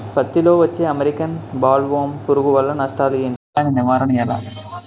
పత్తి లో వచ్చే అమెరికన్ బోల్వర్మ్ పురుగు వల్ల నష్టాలు ఏంటి? దాని నివారణ ఎలా?